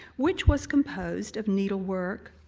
which was composed of needlework,